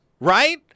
right